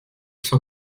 cent